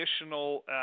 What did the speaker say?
additional